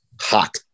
Hot